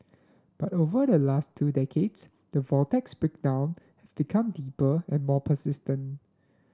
but over the last two decades the vortex's breakdown become deeper and more persistent